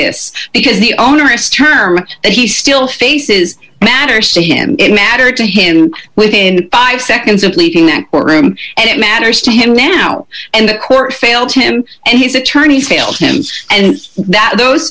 this because the onerous term that he still faces matters to him it mattered to him within five seconds of leaving that courtroom and it matters to him now and the court failed him and his attorney failed him and th